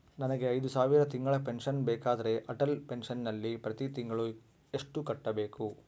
ನನಗೆ ಐದು ಸಾವಿರ ತಿಂಗಳ ಪೆನ್ಶನ್ ಬೇಕಾದರೆ ಅಟಲ್ ಪೆನ್ಶನ್ ನಲ್ಲಿ ಪ್ರತಿ ತಿಂಗಳು ಎಷ್ಟು ಕಟ್ಟಬೇಕು?